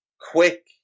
Quick